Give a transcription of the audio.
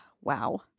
Wow